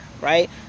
right